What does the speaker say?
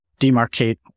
demarcate